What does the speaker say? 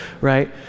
right